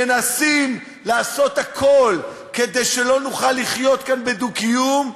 מנסים לעשות הכול כדי שלא נוכל לחיות כאן בדו-קיום,